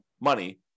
money